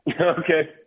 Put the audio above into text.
Okay